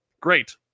great